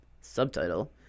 subtitle